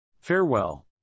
Farewell